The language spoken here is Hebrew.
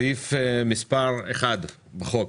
סעיף מספר 1 בחוק.